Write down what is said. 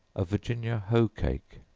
a virginia hoe cake.